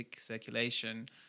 circulation